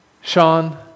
Sean